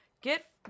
get